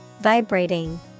vibrating